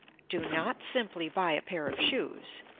do not simply buy a pair of shoes.